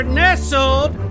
nestled